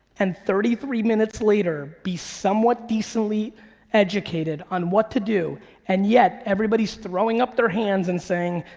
and thirty three minutes later be somewhat decently educated on what to do and yet everybody's throwing up their hands and saying,